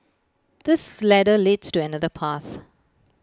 this ladder leads to another path